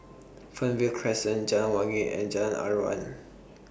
Fernvale Crescent Jalan Wangi and Jalan Aruan